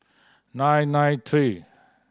nine nine three